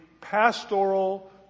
pastoral